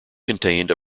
contained